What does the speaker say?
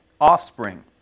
Offspring